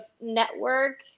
network